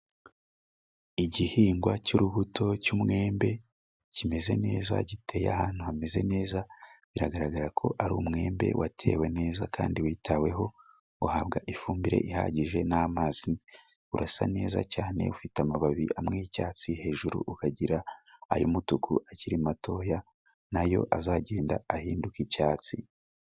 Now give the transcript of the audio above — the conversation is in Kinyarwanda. Igihingwa cy'urubuto cy'umwembe kimeze neza, giteye ahantu hameze neza, biragaragara ko ari umwembe watewe neza kandi witaweho, uhabwa ifumbire ihagije n'amazi, urasa neza cyane, ufite amababi amwe y'icyatsi, hejuru ukagira ay'umutuku akiri matoya, nayo azagenda ahinduka icyatsi.